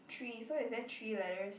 three so is there three letters